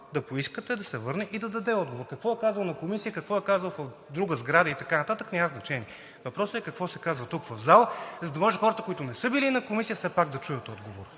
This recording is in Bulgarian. да поискате да се върне и даде отговор. Какво е казал на Комисията? Какво е казал в другата сграда и така нататък няма значение. Въпросът е какво се казва тук в залата, за да може хората, които не са били на Комисията, все пак да чуят отговора.